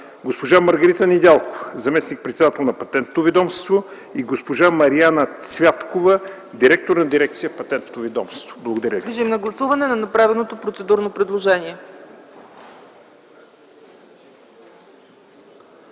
госпожа Маргарита Недялкова – заместник-председател на Патентното ведомство, и госпожа Мариана Цвяткова – директор на дирекция в Патентното ведомство.